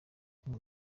ngo